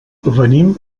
venim